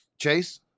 Chase